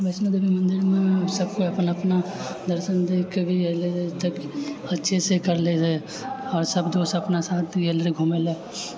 वैष्णोदेवी मन्दिरमे सभ केओ अपना अपना दर्शन देखिके भी एलै रहै तऽ अच्छेसँ करले रहै आओर सभ दोस्त अपना साथ ही एलै रहै घुमैला